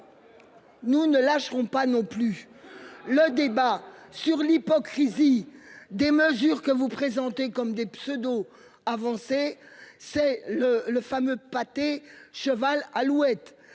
Nous ne lâcherons pas non plus le débat sur l'hypocrisie des mesures que vous présentez comme des pseudo-avancées. C'est le pâté de cheval et